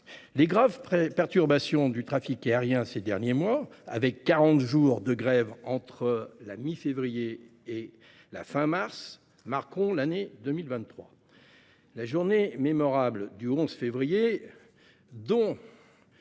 Les graves perturbations du trafic aérien ces derniers mois, avec quarante jours de grève entre la mi-février et la fin mars, marqueront l'année 2023. La journée mémorable du 11 février- la